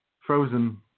frozen